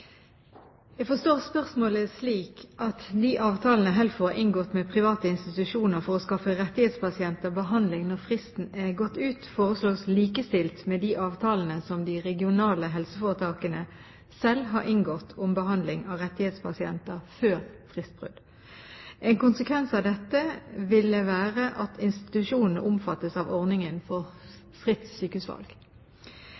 Jeg forstår spørsmålet slik at de avtalene HELFO har inngått med private institusjoner for å skaffe rettighetspasienter behandling når fristen er gått ut, foreslås likestilt med de avtalene som de regionale helseforetakene selv har inngått om behandling av rettighetspasienter før fristbrudd. En konsekvens av dette ville være at institusjonene omfattes av ordningen for fritt sykehusvalg. Det kan gis tre grunner for